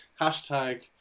Hashtag